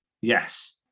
Yes